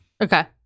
Okay